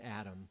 Adam